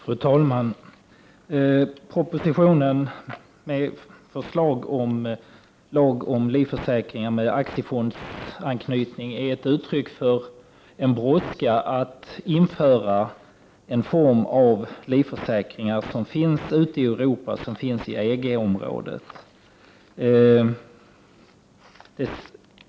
Fru talman! Propositionen med förslag till lag om livförsäkringar med aktiefondsanknytning är uttryck för en brådska att införa en form av livförsäkringar som finns ute i Europa, i EG-området.